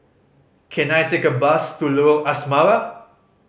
can I take a bus to Lorong Asrama